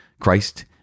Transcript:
Christ